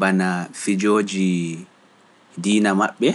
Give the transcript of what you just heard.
bana fijoji diina maɓɓe.